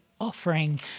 offering